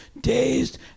dazed